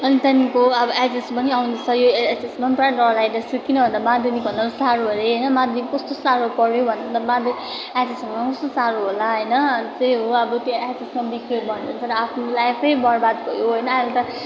अनि त्यहाँदेखिको अब एचएस पनि आउँदैछ यो एचएसमा पनि पुरा डर लागिरहेको छ किनभन्दा माध्यमिकभन्दा नि साह्रो अरे होइन माध्यमिक त कस्तो साह्रो पऱ्यो भने त माध्य एचएस झन् कस्तो साह्रो होला होइन अन्त त्यही हो अब एचएसमा बिग्रियो भने आफ्नो लाइफै बर्बाद भयो होइन अहिले त